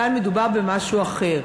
כאן מדובר במשהו אחר.